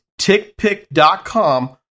TickPick.com